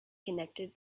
connected